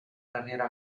carriera